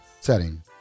setting